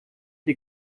die